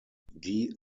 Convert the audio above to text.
die